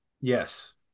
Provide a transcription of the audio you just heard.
Yes